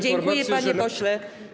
Dziękuję, panie pośle.